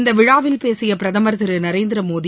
இந்த விழாவில் பேசிய பிரதமர் திரு நரேந்திர மோடி